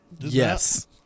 Yes